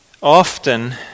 often